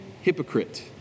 hypocrite